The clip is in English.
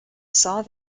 saw